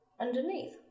Underneath